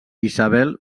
isabel